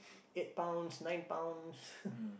eight pounds nine pounds